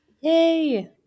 Yay